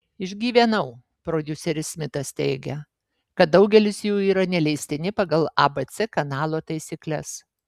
išgyvenau prodiuseris smitas teigia kad daugelis jų yra neleistini pagal abc kanalo taisykles